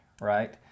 right